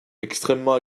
extrêmement